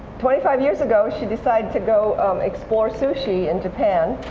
twenty five years ago, she decided to go explore sushi in japan